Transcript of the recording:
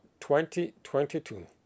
2022